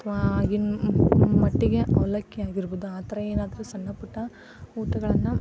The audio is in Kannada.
ಅಥವಾ ಆಗಿನ ಮಟ್ಟಿಗೆ ಅವಲಕ್ಕಿ ಆಗಿರ್ಬೋದು ಆ ಥರ ಏನಾದರೂ ಸಣ್ಣ ಪುಟ್ಟ ಊಟಗಳನ್ನು